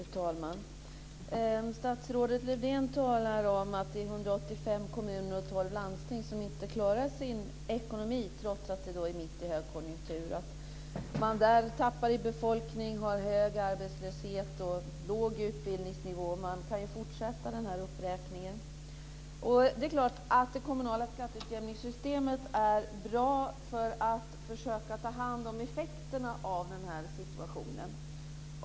Fru talman! Statsrådet Lövdén talar om att det är 185 kommuner och 12 landsting som inte klarar sin ekonomi trots att det är mitt i en högkonjunktur. Man tappar befolkning, har hög arbetslöshet, låg utbildningsnivå och man kan fortsätta den här uppräkningen. Det är klart att det kommunala skatteutjämningssystemet är bra för att försöka att ta hand om effekterna av den här situationen.